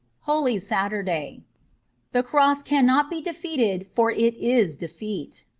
holy saturday the cross cannot be defeated for it is defeat.